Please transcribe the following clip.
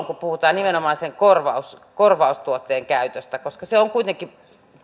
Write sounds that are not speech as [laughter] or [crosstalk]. [unintelligible] kun puhutaan nimenomaan sen korvaustuotteen käytöstä koska se sähkötupakka on kuitenkin